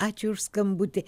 ačiū už skambutį